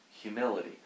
humility